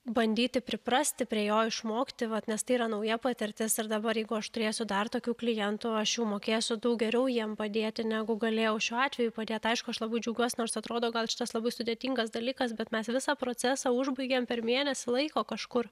bandyti priprasti prie jo išmokti vat nes tai yra nauja patirtis ir dabar jeigu aš turėsiu dar tokių klientų aš jau mokėsiu daug geriau jiem padėti negu galėjau šiuo atveju padėt aišku aš labai džiaugiuosi nors atrodo gal šitas labai sudėtingas dalykas bet mes visą procesą užbaigėme per mėnesį laiko kažkur